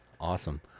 Awesome